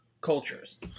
cultures